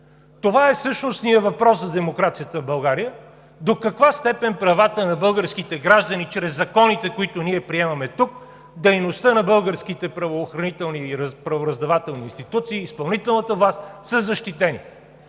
Това е същностният въпрос за демокрацията в България: до каква степен правата на българските граждани – чрез законите, които ние приемаме тук, дейността на българските правоохранителни и правораздавателни институции, изпълнителната власт, са защитени?